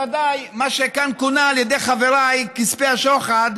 בוודאי מה שכאן כונה על ידי חבריי "כספי השוחד"